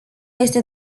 este